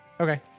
Okay